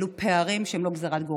אלו פערים שהם לא גזרת גורל,